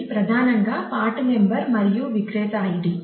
ఇది ప్రధానంగా part number మరియు విక్రేత ఐడి